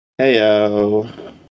heyo